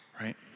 Right